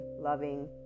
loving